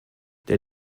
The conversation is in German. der